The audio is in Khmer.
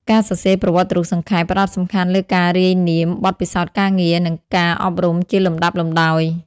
ការសរសេរប្រវត្តិរូបសង្ខេប ផ្តោតសំខាន់លើការរាយនាមបទពិសោធន៍ការងារ និងការអប់រំជាលំដាប់លំដោយ។